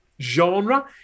genre